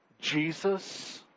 Jesus